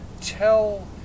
tell